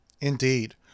Indeed